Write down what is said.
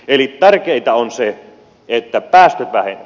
eli tärkeintä on se että päästöt vähenevät